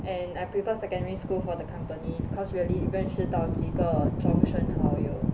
and I prefer secondary school for the company cause really 认识到几个终身好友